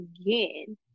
again